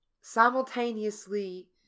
simultaneously